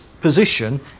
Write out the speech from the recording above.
position